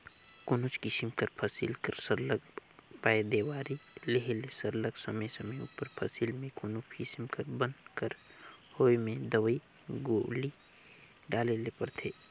कोनोच किसिम कर फसिल कर सरलग पएदावारी लेहे ले सरलग समे समे उपर फसिल में कोनो किसिम कर बन कर होए में दवई गोली डाले ले परथे